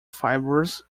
fibres